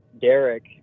Derek